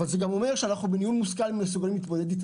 אבל זה גם אומר שבניהול מושכל אנחנו מסוגלים להתמודד איתה,